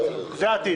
זה העתיד.